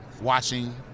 watching